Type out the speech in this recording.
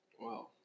Wow